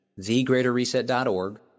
thegreaterreset.org